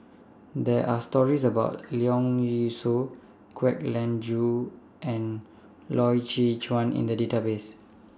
There Are stories about Leong Yee Soo Kwek Leng Joo and Loy Chye Chuan in The databases